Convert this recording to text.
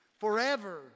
Forever